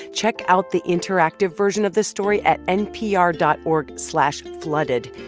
check out the interactive version of this story at npr dot org slash flooded.